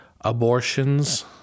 abortions